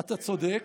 אתה צודק.